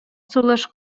сулыш